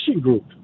group